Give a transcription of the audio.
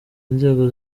inzego